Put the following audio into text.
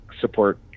support